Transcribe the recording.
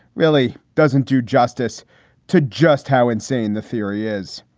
really doesn't do justice to just how insane the theory is.